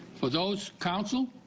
for those counsel,